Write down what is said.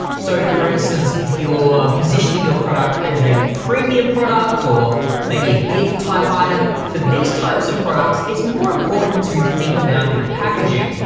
so for instance, if you're positioning your product as a premium product, or maybe a gift type item for these types of products, it's more important to think about your packaging.